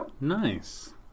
Nice